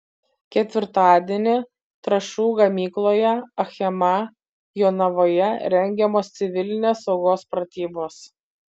ketvirtadienį trąšų gamykloje achema jonavoje rengiamos civilinės saugos pratybos